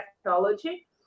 technology